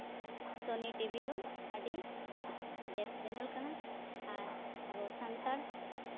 ᱥᱚᱱᱤ TV ᱫᱚ ᱟᱹᱰᱤ best channel ᱠᱟᱱᱟ ᱟᱨ ᱟᱵᱚ ᱥᱟᱱᱛᱟᱲ